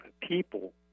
people